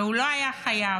והוא לא היה חייב.